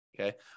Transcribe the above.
Okay